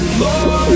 more